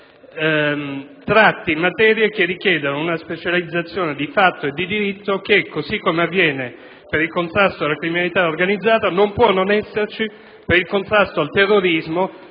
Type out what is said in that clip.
tratti materie che richiedono una specializzazione, di fatto e di diritto, che, come avviene per il contrasto alla criminalità organizzata, non può non esserci per il contrasto al terrorismo,